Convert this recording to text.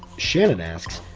shannon asks,